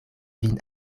vin